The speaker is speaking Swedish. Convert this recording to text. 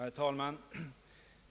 Herr talman!